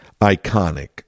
iconic